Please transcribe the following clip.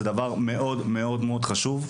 זה דבר מאוד מאוד מאוד חשוב,